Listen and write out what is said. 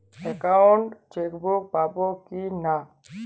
Account chequebook পাবো কি না?